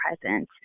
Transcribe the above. presence